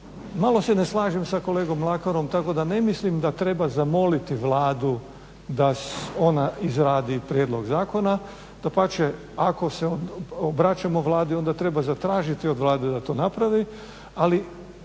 Malo se ne slažem sa kolegom Mlakarom tako da ne mislim da treba zamoliti Vladu da ona izradi prijedlog zakona. Dapače, ako se obraćamo Vladi onda treba zatražiti od Vlade da to napravi,